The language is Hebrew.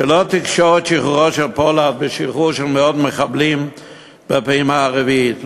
שלא תקשור את שחרורו של פולארד בשחרור של מאות מחבלים בפעימה הרביעית.